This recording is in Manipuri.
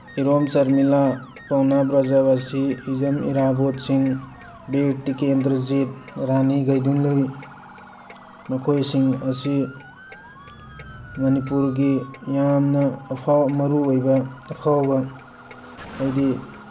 ꯏꯔꯣꯝ ꯁꯔꯃꯤꯂꯥ ꯄꯥꯎꯅꯥ ꯕ꯭ꯔꯖꯕꯥꯁꯤ ꯍꯤꯖꯝ ꯏꯔꯥꯕꯣꯠ ꯁꯤꯡ ꯕꯤꯔ ꯇꯤꯀꯦꯟꯗ꯭ꯔꯖꯤꯠ ꯔꯥꯅꯤ ꯒꯥꯏꯗꯤꯡꯂꯨꯏ ꯃꯈꯣꯏꯁꯤꯡ ꯑꯁꯤ ꯃꯅꯤꯄꯨꯔꯒꯤ ꯌꯥꯝꯅ ꯃꯔꯨ ꯑꯣꯏꯕ ꯑꯐꯥꯎꯕ ꯍꯥꯏꯕꯗꯤ